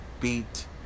beat